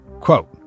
quote